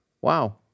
Wow